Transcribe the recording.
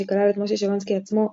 שכלל את משה שלונסקי עצמו,